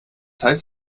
heißt